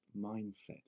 mindset